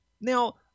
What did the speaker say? Now